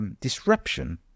Disruption